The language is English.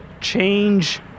Change